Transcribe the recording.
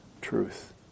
truth